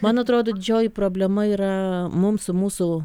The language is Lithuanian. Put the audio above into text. man atrodo didžioji problema yra mums su mūsų